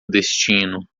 destino